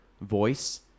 voice